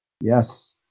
Yes